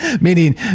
Meaning